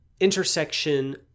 intersection